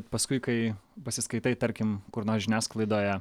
paskui kai pasiskaitai tarkim kur nors žiniasklaidoje